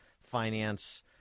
finance